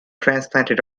transplanted